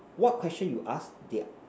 what question you ask they're